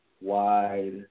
wide